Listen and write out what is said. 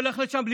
מי הולך לשם?